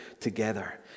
together